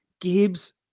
Gibbs